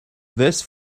this